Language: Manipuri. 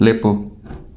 ꯂꯦꯞꯄꯨ